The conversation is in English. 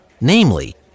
Namely